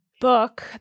book